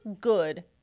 good